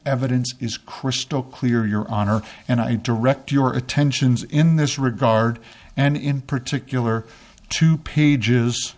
evidence is crystal clear your honor and i direct your attentions in this regard and in particular to pages